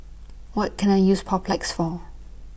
What Can I use Papulex For